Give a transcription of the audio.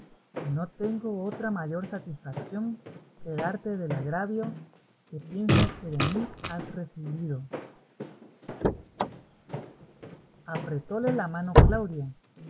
que no tengo otra mayor satisfación que darte del agravio que piensas que de mí has recebido apretóle la mano claudia